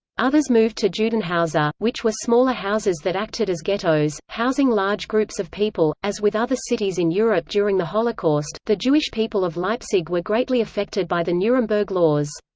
others moved to judenhauser, which were smaller houses that acted as ghettos, housing large groups of people as with other cities in europe during the holocaust, the jewish people of leipzig were greatly affected by the nuremberg laws.